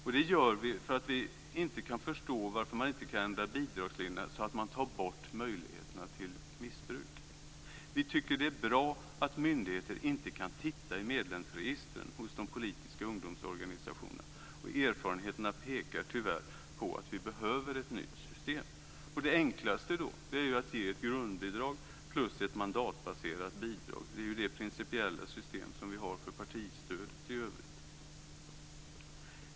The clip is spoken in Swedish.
Det gör vi för att vi inte kan förstå varför man inte kan ändra bidragsreglerna så att man tar bort möjligheterna till missbruk. Vi tycker det är bra att myndigheter inte kan titta i medlemsregistren hos de politiska ungdomsorganisationerna. Erfarenheterna pekar tyvärr på att vi behöver ett nytt system. Det enklaste är att ge ett grundbidrag plus ett mandatbaserat bidrag. Det är ju det principiella system vi har för partistödet i övrigt.